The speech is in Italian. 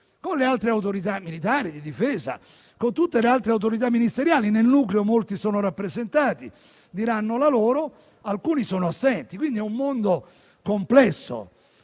con le altre autorità militari, di difesa, e con tutte le altre autorità ministeriali. Nel nucleo molti sono rappresentati e diranno la loro, ma alcuni sono assenti, quindi è un mondo complesso.